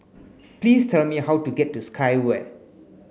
please tell me how to get to Sky Vue